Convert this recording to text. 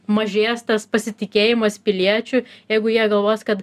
mažės tas pasitikėjimas piliečiu jeigu jie galvos kad